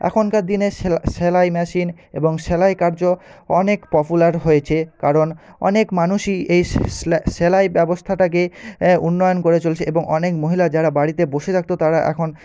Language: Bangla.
এখনকার দিনের সেলাই মেশিন এবং সেলাই কার্য অনেক পপুলার হয়েছে কারণ অনেক মানুষই এই সেলাই ব্যবস্থাটাকে উন্নয়ন করে চলছে এবং অনেক মহিলা যারা বাড়িতে বসে থাকত তারা এখন